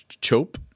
Chope